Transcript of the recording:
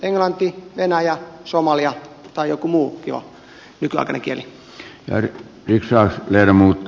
englanti venäjä somalia tai joku muu kiva nykyaikainen kieli